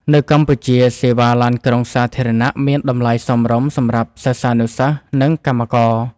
នៅកម្ពុជា សេវាឡានក្រុងសាធារណៈមានតម្លៃសមរម្យសម្រាប់សិស្សានុសិស្ស និងកម្មករ។